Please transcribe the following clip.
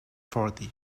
forty